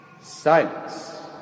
silence